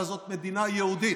אבל זאת מדינת יהודית.